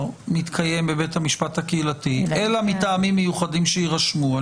מתקיים בבית המשפט הקהילתי אלא מטעמים מיוחדים שיירשמו,